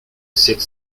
sept